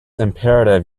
imperative